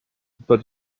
but